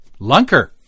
Lunker